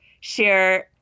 share